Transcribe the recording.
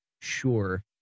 sure